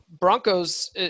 Broncos